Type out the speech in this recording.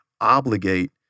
obligate